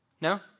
No